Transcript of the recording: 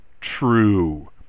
true